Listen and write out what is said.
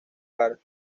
park